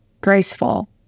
graceful